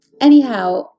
Anyhow